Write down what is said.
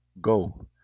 go